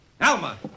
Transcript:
Alma